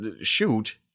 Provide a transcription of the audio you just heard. shoot